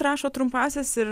rašo trumpąsias ir